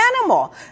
animal